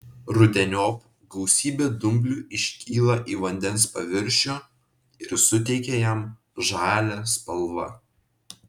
rudeniop gausybė dumblių iškyla į vandens paviršių ir suteikia jam žalią spalvą